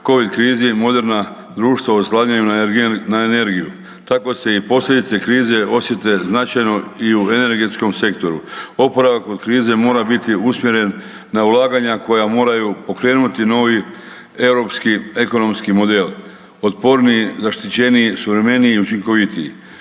covid krizi moderna društva oslanjaju na energiju, tako se i posljedice krize osjete značajno i u energetskom sektoru. Oporavak od krize mora biti usmjeren na ulaganja koja moraju pokrenuti novi europski ekonomski model otporniji, zaštićeniji, suvremeniji, učinkovitiji.